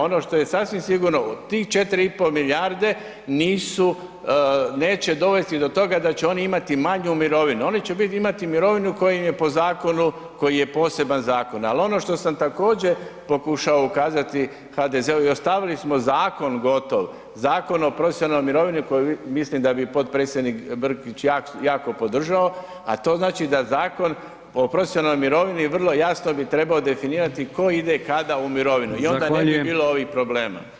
Ono što je sasvim sigurno, tih 4,5 milijarde nisu, neće dovesti do toga da će oni imati manju mirovinu, oni će imati mirovinu koja im je po zakonu, koji je poseban zakon, ali ono što sam također pokušao ukazati HDZ-u i ostavili smo zakon gotov, Zakon o profesionalnoj mirovini koji mislim da bi potpredsjednik Brkić jako podržao, a to znači da Zakon o profesionalnoj mirovini je vrlo jasno bi trebao definirati tko ide i kada u mirovinu i onda ne bi [[Upadica: Zahvaljujem.]] bilo ovih problema.